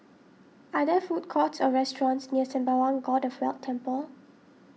are there food courts or restaurants near Sembawang God of Wealth Temple